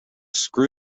screw